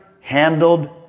handled